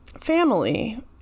family